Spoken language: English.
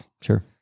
Sure